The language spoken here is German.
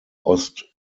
ost